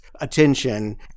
attention